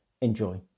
Enjoy